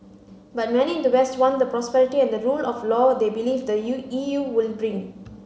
but many in the west want the prosperity and the rule of law they believe the U E U would bring